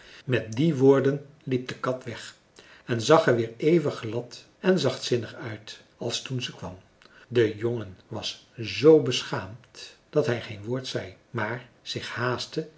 met die woorden liep de kat weg en zag er weer even glad en zachtzinnig uit als toen ze kwam de jongen was zoo beschaamd dat hij geen woord zei maar zich haastte